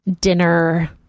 dinner